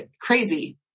crazy